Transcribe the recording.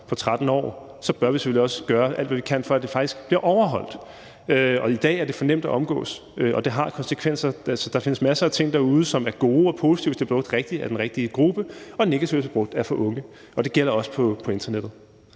på 13 år, så bør vi selvfølgelig også gøre alt, hvad vi kan, for at det faktisk bliver overholdt. I dag er det for nemt at omgå, og det har konsekvenser. Der findes masser af ting derude, som er gode og positive, hvis de bliver brugt rigtigt af den rigtige gruppe, og negative, hvis de bliver brugt af for unge mennesker. Og det gælder også på internettet.